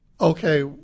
okay